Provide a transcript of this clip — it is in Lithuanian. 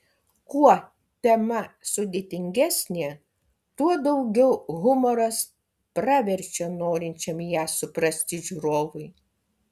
kuo tema sudėtingesnė tuo daugiau humoras praverčia norinčiam ją suprasti žiūrovui